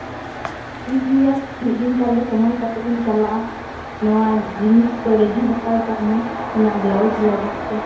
ᱴᱷᱤᱠᱜᱮᱭᱟ ᱢᱤᱫ ᱫᱤᱱ ᱛᱟᱦᱚᱞᱮ ᱥᱚᱢᱚᱭ ᱠᱟᱛᱮ ᱤᱧ ᱪᱟᱞᱟᱜᱼᱟ ᱱᱚᱣᱟ ᱡᱤᱱᱤᱥ ᱠᱚ ᱨᱮᱰᱤ ᱦᱟᱛᱟᱲ ᱠᱟᱜ ᱢᱮ ᱤᱧᱟᱹᱜ ᱵᱞᱟᱣᱩᱡ ᱞᱟᱹᱜᱤᱫ ᱛᱮ